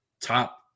top